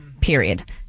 period